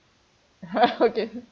okay